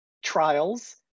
trials